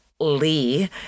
Lee